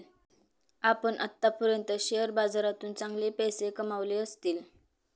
आपण आत्तापर्यंत शेअर बाजारातून चांगले पैसे कमावले असतील